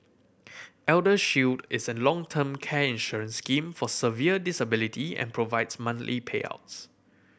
ElderShield is a long term care insurance scheme for severe disability and provides monthly payouts